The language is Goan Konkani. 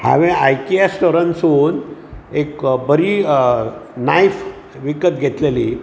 हांवें आयकेएस स्टोरानसून एक बरी नायफ विकत घेतलेली